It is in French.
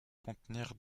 contenir